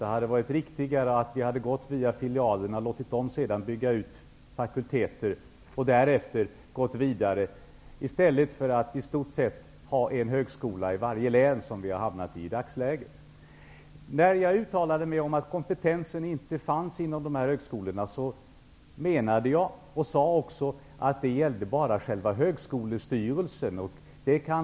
Det hade varit riktigare att gå via filialerna, låta dem bygga ut fakulteter och därefter gå vidare, i stället för att i stort sett ha en högskola i varje län, som vi har i dagsläget. När jag uttalade mig om att kompetensen inte fanns vid dessa högskolor menade jag, och jag sade också, att det bara gällde själva högskolestyrelsen.